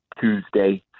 Tuesday